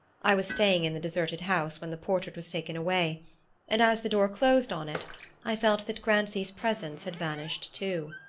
i was staying in the deserted house when the portrait was taken away and as the door closed on it i felt that grancy's presence had vanished too.